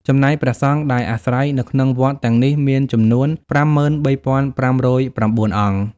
ចំណែកព្រះសង្ឃដែលអាស្រ័យនៅក្នុងវត្តទាំងនេះមាន ចំនួន ៥៣៥០៩ អង្គ ។